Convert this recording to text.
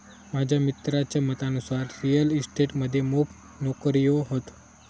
माझ्या मित्राच्या मतानुसार रिअल इस्टेट मध्ये मोप नोकर्यो हत